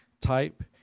type